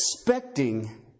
expecting